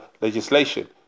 legislation